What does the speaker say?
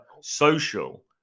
social